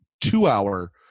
two-hour